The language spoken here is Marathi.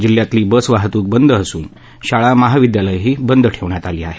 जिल्ह्यातली बस वाहतूक बंद असून शाळा महाविद्यालयंही बंद ठेवण्यात आली आहेत